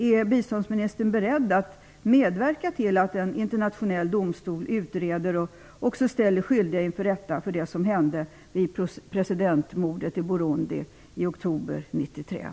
Är biståndsministern beredd att medverka till att en internationell domstol utreder det som hände vid presidentmordet i Burundi i oktober 1993 och ställer de skyldiga inför rätta?